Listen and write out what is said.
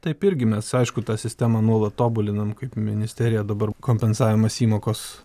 taip irgi mes aišku tą sistemą nuolat tobulinam kaip ministerija dabar kompensavimas įmokos